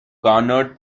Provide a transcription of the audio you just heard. garnered